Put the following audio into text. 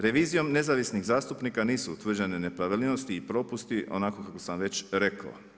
Revizijom nezavisnih zastupnika nisu utvrđene nepravilnosti i propusti onako kako sam već rekao.